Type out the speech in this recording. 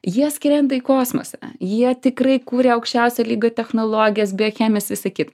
jie skrenda į kosmosą jie tikrai kuria aukščiausio lygio technologijas biochemijas visa kita